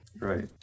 Right